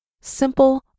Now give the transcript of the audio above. simple